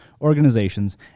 organizations